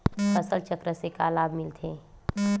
फसल चक्र से का लाभ मिलथे?